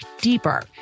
deeper